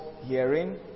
hearing